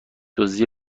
دزدی